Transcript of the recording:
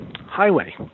highway